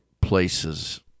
places